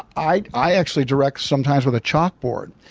i i actually direct sometimes with a chalkboard,